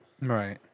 right